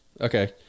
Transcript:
Okay